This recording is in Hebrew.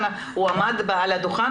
הוא עמד על הדוכן,